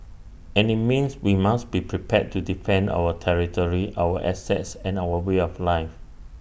and IT means we must be prepared to defend our territory our assets and our way of life